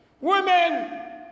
Women